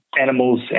animals